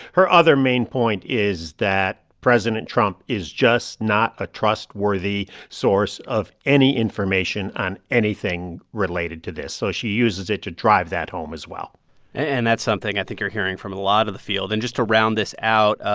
her other main point is that president trump is just not a trustworthy source of any information on anything related to this, so she uses it to drive that home as well and that's something i think you're hearing from a lot of the field. and just to round this out,